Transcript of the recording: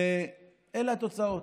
ואלה התוצאות.